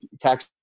tax